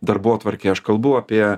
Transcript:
darbotvarkę aš kalbu apie